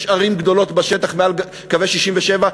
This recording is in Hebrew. יש ערים גדולות בשטח שמעל קווי 67',